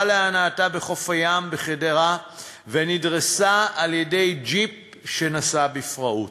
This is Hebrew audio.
להנאתה בחוף הים בחדרה ונדרסה על-ידי ג'יפ שנסע בפראות.